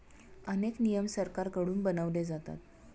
अनेक नियम सरकारकडून बनवले जातात